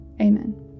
Amen